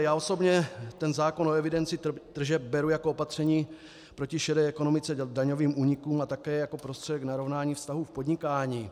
Já osobně zákon o evidenci tržeb beru jako opatření proti šedé ekonomice, daňovým únikům a také jako prostředek k narovnání vztahů v podnikání.